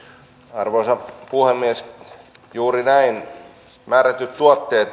arvoisa puhemies juuri näin määrätyt tuotteet